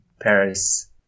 Paris